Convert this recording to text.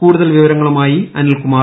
കൂടുതൽ വിവരങ്ങളുമായി അനിൽ കുമാർ